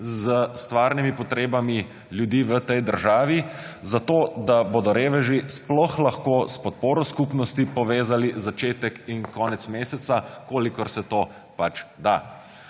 s stvarnimi potrebami ljudi v tej državi, zato da bodo reveži sploh lahko s podporo skupnosti povezali začetek in konec meseca, kolikor se to pač da.